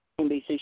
NBC